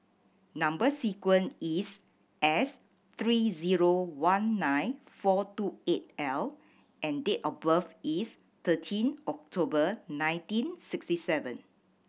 number sequence is S three zero one nine four two eight L and date of birth is thirteen October nineteen sixty seven